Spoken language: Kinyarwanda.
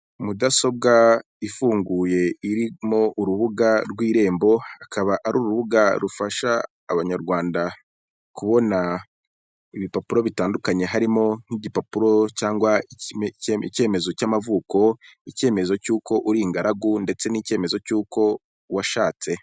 Mudasobwa ifunguye, irimo urubuga rw'irembo, akaba ari urubuga rufasha abanyarwanda kubona ibipapuro bitandukanye, harimo nk'igipapuro cyangwa icyemezo cy'amavuko, icyemezo cy'uko uri ingaragu, ndetse n'icyemezo cy'uko washatse.